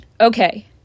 okay